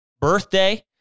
birthday